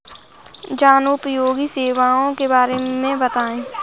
जनोपयोगी सेवाओं के बारे में बताएँ?